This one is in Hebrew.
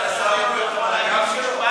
שר התחבורה, אז שהשר יביא אותן על הגב שלו?